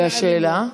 והשאלה?